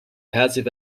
passive